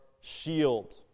shield